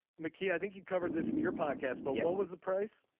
mickey i think you covered this in your podcast but what was the price.